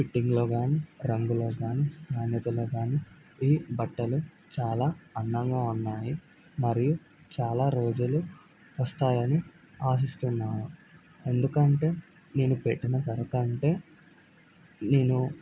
ఫిట్టింగ్లో కానీ రంగులో కానీ నాణ్యతలో కానీ ఈ బట్టలు చాలా అందంగా ఉన్నాయి మరియు చాలా రోజులు వస్తాయని ఆశిస్తున్నాను ఎందుకంటే నేను పెట్టిన ధర కంటే నేను